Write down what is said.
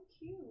cute